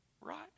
Right